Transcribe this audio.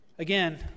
again